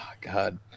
god